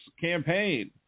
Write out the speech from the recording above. campaign